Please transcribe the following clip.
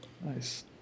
Nice